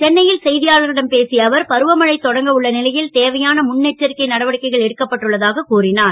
சென்னை ல் செ யாளர்களிடம் பேசிய அவர் பருவமழை தொடங்க உள்ள லை ல் தேவையான முன் எச்சரிக்கை நடவடிக்கைகள் எடுக்கப்பட்டுள்ள தாக கூறினார்